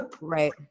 Right